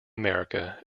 america